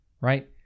right